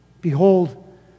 behold